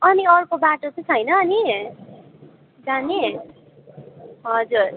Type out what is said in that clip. अनि अर्को बाटो चाहिँ छैन अनि जाने हजुर